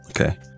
Okay